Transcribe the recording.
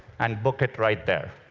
and book it right there.